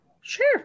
Sure